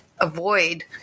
avoid